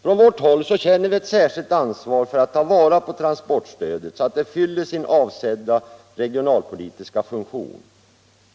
Från vårt håll känner vi ett särskilt ansvar för att ta vara på transportstödet så att det fyller sin avsedda regionalpolitiska funktion.